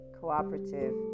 cooperative